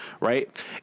right